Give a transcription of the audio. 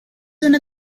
una